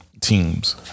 teams –